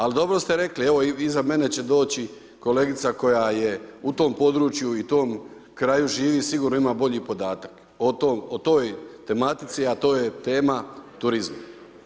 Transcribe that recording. Ali dobro ste rekli, evo iza mene će doći kolegica koja je u tom području i tom kraju živi, sigurno ima bolji podataka o toj tematici, a to je tema turizam.